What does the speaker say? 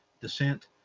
descent